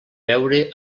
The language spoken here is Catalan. veure